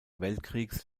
weltkriegs